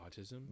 autism